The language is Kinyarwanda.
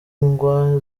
ngwa